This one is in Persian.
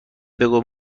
بگویم